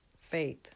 faith